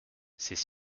c’est